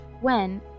when